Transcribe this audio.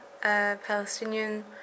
Palestinian